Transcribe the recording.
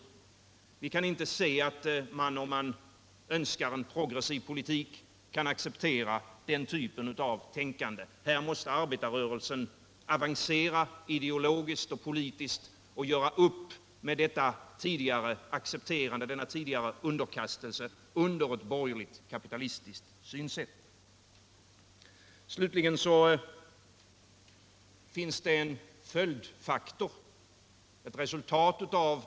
Om man önskar en progressiv politik kan man inte acceptera den typen av tänkande. Här måste arbetarrörelsen avancera ideologiskt och politiskt och göra upp med denna tidigare underkastelse under det borgerliga kapitalistiska synsättet. Det finns också en följdfaktor.